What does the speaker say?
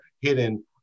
hidden